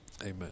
Amen